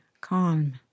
calm